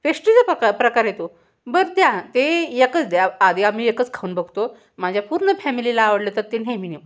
पेश्ट्रीचा प्रका प्रकार आहे तो बरं द्या ते एकच द्या आधी आम्ही एकच खाऊन बघतो माझ्या पूर्ण फॅमिलीला आवडलं तर ते नेहमी नेऊ